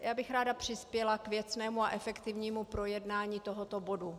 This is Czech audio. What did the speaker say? Já bych ráda přispěla k věcnému a efektivnímu projednání tohoto bodu.